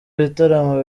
ibitaramo